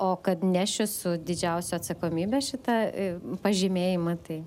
o kad nešiu su didžiausia atsakomybe šitą pažymėjimą tai